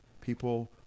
people